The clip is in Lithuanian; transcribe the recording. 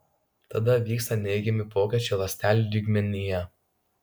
tada vyksta neigiami pokyčiai ląstelių lygmenyje